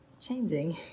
changing